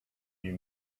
you